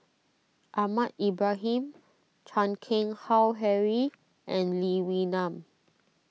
Ahmad Ibrahim Chan Keng Howe Harry and Lee Wee Nam